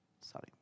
Sorry